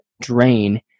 drain